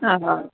आं हां